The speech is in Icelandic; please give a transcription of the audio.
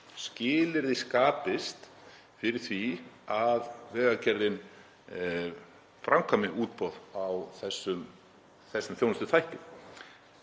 skilyrði skapist fyrir því að Vegagerðin framkvæmi útboð á þessum þjónustuþætti.